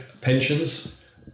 pensions